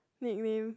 nickname